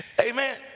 Amen